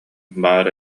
баар